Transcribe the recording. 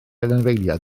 anifeiliaid